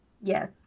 Yes